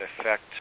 affect